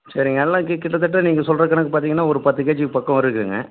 சரிங்க எல்லாம் கிட்டத்தட்ட நீங்கள் சொல்கிற கணக்கு பார்த்திங்கனா ஒரு பத்து கேஜி பக்கம் வருதுங்க